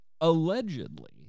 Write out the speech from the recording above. allegedly